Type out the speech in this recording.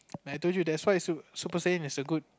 like I told you that's why it's so good super saying there's a good